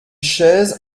chaise